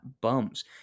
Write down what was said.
bums